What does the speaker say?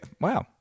Wow